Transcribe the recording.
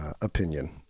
opinion